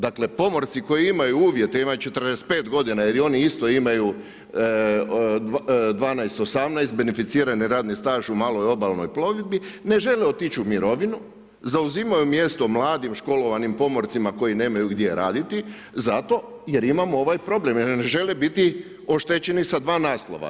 Dakle pomorci koji imaju uvjete, imaju 45 godina jer oni isto imaju 12, 18, benificirani radni staž u maloj obalnoj plovidbi ne žele otići u mirovinu, zauzimaju mjesto mladim školovanim pomorcima koji nemaju gdje raditi zato jer imamo ovaj problem jer ne žele biti oštećeni sa 2 naslova.